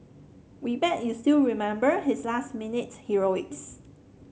we bet you still remember his last minute heroics